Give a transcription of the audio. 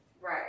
Right